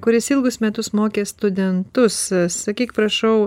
kuris ilgus metus mokė studentus sakyk prašau